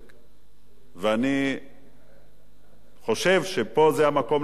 אני חושב שזה המקום להגיד את הדברים האלה,